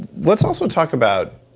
let's also talk about